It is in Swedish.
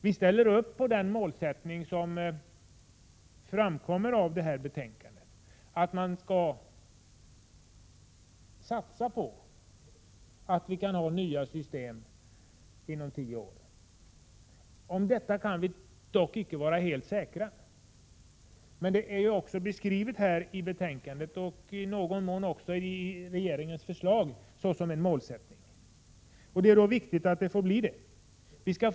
Vi ställer oss bakom målsättningen i detta betänkande, nämligen att man skall satsa på att ha nya system inom tio år. Vi kan emellertid inte vara helt säkra på detta. Men i betänkandet och i någon mån i regeringens förslag beskrivs detta som en målsättning. Det är då viktigt att man också håller fast vid denna.